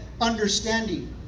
understanding